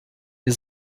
wir